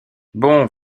bon